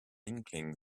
inkling